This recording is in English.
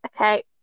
Okay